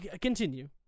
Continue